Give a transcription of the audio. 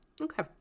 okay